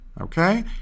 Okay